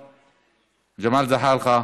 יואל חסון, ג'מאל זחאלקה,